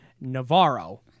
Navarro